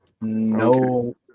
No